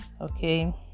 Okay